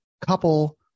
couple